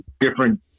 different